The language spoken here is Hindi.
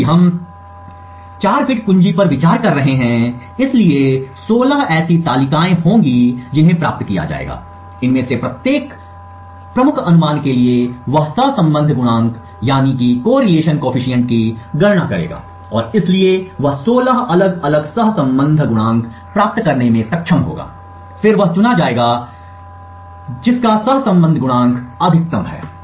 चूँकि हम एक 4 बिट कुंजी पर विचार कर रहे हैं इसलिए 16 ऐसी तालिकाएँ होंगी जिन्हें प्राप्त किया जाएगा इनमें से प्रत्येक प्रमुख अनुमान के लिए वह सहसंबंध गुणांक की गणना करेगा और इसलिए वह 16 अलग अलग सहसंबंध गुणांक प्राप्त करने में सक्षम होगा फिर वह चुना जाएगा एक सहसंबंध गुणांक जो अधिकतम है